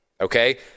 Okay